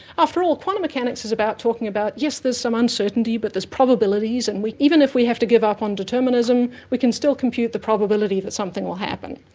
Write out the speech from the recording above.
after all, quantum mechanics is about talking about yes, there's some uncertainty but there's probabilities, and even if we have to give up on determinism we can still compute the probability that something will happen.